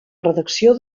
redacció